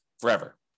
forever